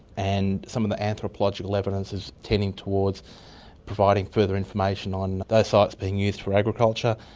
and some of the anthropological evidence is tending towards providing further information on those sites being used for agriculture.